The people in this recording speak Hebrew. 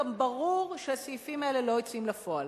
ברור שהסעיפים האלה לא יוצאים לפועל.